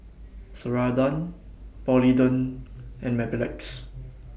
Ceradan Polident and Mepilex